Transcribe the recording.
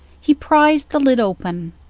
he prized the lid open.